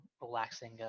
relaxing